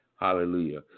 Hallelujah